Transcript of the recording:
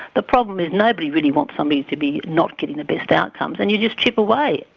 the problem is nobody really wants somebody to be not getting the best outcomes, and you just chip away.